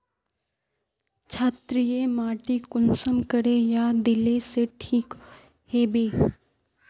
क्षारीय माटी कुंसम करे या दिले से ठीक हैबे?